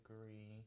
agree